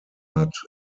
hat